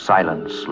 Silence